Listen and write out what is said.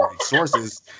sources